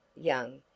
young